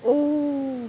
oh